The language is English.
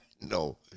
no